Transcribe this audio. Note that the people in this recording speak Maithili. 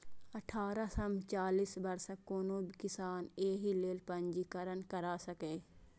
अठारह सं चालीस वर्षक कोनो किसान एहि लेल पंजीकरण करा सकैए